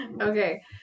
Okay